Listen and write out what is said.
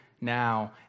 now